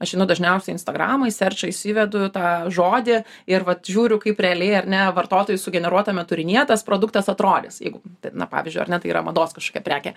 aš einu dažniausiai instagramą į serčą įsivedu tą žodį ir vat žiūriu kaip realiai ar ne vartotojui sugeneruotame turinyje tas produktas atrodys jeigu na pavyzdžiui ar ne tai yra mados kažkokia prekė